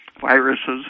viruses